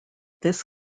this